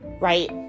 right